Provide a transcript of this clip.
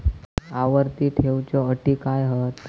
आवर्ती ठेव च्यो अटी काय हत?